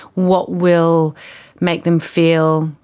what will make them feel,